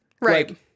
right